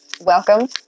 Welcome